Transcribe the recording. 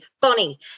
Bonnie